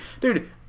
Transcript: dude